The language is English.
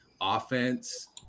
offense